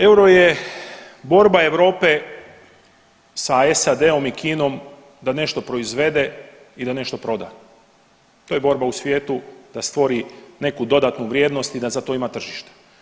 Euro je borba Europe sa SAD-om i Kinom da nešto proizvede i da nešto proda, to je borba u svijetu da stvori neku dodatnu vrijednost i da za to ima tržište.